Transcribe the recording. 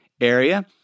area